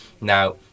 Now